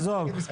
עזוב,